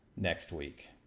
next week.